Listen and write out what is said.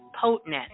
potent